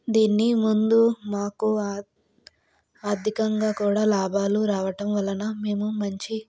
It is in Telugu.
దీన్ని ముందు మాకు ఆర్థికంగా కూడా లాభాలు రావటం వలన మేము మంచి